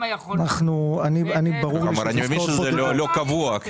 אני מבין שזה לא קבוע.